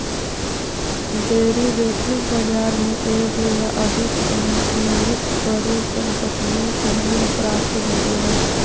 derivative बाजार में एगो या अधिक अंतर्निहित परिसंपत्तियों से मूल्य प्राप्त होबो हइ